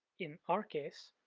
in our case,